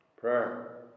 Prayer